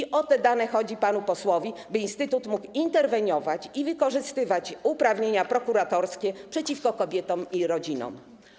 I o te dane chodzi panu posłowi, by instytut mógł interweniować i wykorzystywać uprawnienia prokuratorskie przeciwko kobietom i rodzinom.